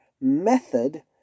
method